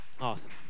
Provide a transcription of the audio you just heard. Awesome